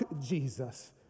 Jesus